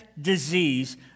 disease